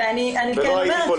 ולא הייתי פה לבד.